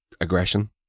aggression